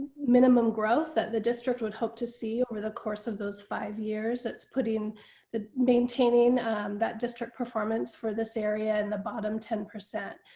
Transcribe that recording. minimum growth that the district would hope to see over the course of those five years. that's putting the maintaining that district performance for this area and the bottom ten percent.